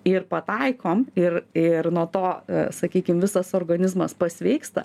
ir pataikom ir ir nuo to sakykim visas organizmas pasveiksta